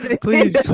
please